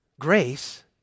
grace